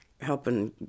helping—